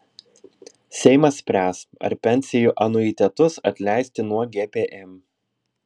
seimas spręs ar pensijų anuitetus atleisti nuo gpm